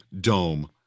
dome